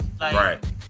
Right